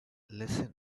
listen